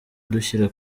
dushyira